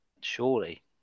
Surely